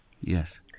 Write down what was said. Yes